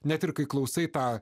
net ir kai klausai tą